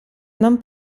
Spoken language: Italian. non